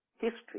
history